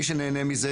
מי שנהנה מזה,